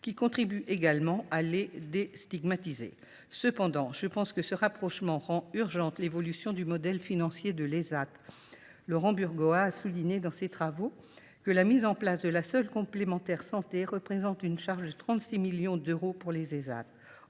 qui contribue également à les déstigmatiser. Cependant, ce rapprochement rend urgente l’évolution du modèle financier des Ésat. Laurent Burgoa a souligné dans ses travaux que la mise en place de la seule complémentaire santé représente pour eux une charge de 36 millions d’euros. Or 27 %